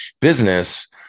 business